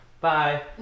Bye